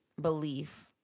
belief